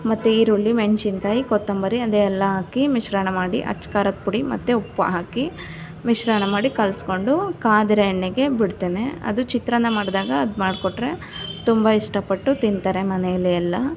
ಮತ್ತೆ ಈರುಳ್ಳಿ ಮೆಣಸಿನ್ಕಾಯಿ ಕೊತ್ತಂಬರಿ ಅದೆಲ್ಲ ಹಾಕಿ ಮಿಶ್ರಣ ಮಾಡಿ ಅಚ್ಚಕಾರದ್ಪುಡಿ ಮತ್ತೆ ಉಪ್ಪು ಹಾಕಿ ಮಿಶ್ರಣ ಮಾಡಿ ಕಲಸ್ಕೊಂಡು ಕಾದಿರುವ ಎಣ್ಣೆಗೆ ಬಿಡ್ತೇನೆ ಅದು ಚಿತ್ರಾನ್ನ ಮಾಡಿದಾಗ ಅದು ಮಾಡಿಕೊಟ್ರೆ ತುಂಬ ಇಷ್ಟಪಟ್ಟು ತಿಂತಾರೆ ಮನೆಯಲ್ಲಿ ಎಲ್ಲ